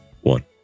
one